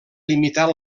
limitar